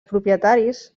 propietaris